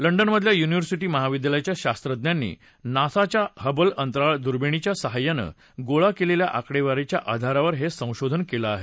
लंडनमधल्या युनिव्हर्सि महाविद्यालयाच्या शास्वज्ञांनी नासाच्या हबल अंतराळ दुर्बिणीच्या साहाय्यानं गोळा केलेल्या आकडेवारीच्या आधारावर हे संशोधन केलं आहे